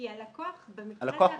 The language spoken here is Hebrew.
הלקוח רוצה.